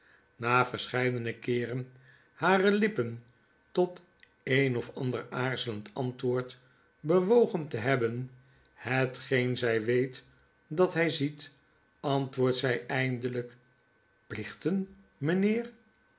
na verscheidene keeren hare lippen tot een of ander aarzelend antwoord bewogen te hebben hetgeen zij weet dat hij ziet antwoordt zij eindelijk plichten mijnheer